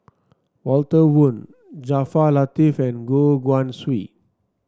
Walter Woon Jaafar Latiff and Goh Guan Siew